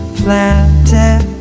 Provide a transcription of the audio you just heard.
planted